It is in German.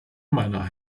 meiner